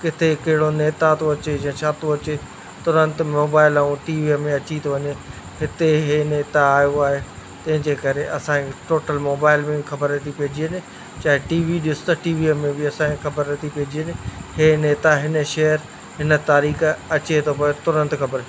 किथे कहिड़ो नेता थो अचे या छा थो अचे तुरंत मोबाइल ऐं टीवीअ में अची थो वञे हिते हे नेता आयो आहे तंहिंजे करे असांजे टोटल मोबाइल में बि ख़बर पइजी वञे चाहे टी वी ॾिसु त टीवीअ में बि असांजे ख़बर थी पइजी वञे हे नेता हिन शहर हिन तारीख़ु अचे थो पियो तुरंत ख़बर थी पइजी वञे